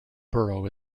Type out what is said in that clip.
borough